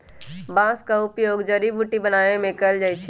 बांस का उपयोग जड़ी बुट्टी बनाबे में कएल जाइ छइ